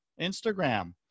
Instagram